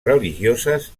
religioses